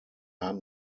haben